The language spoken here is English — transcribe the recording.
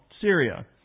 Syria